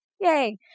Yay